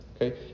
okay